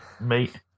mate